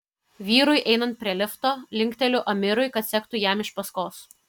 vyrui einant prie lifto linkteliu amirui kad sektų jam iš paskos